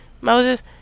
Moses